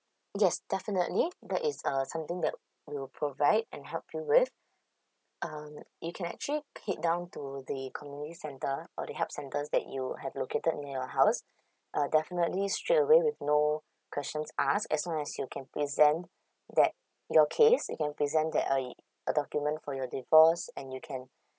yes definitely that is uh something that we will provide and help you with um you can actually head down to the community service centre or the help centres that you have located near your house uh definitely straightaway with no questions asked as long as you can present that your case you can present that uh a document for your divorce and you can